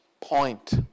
point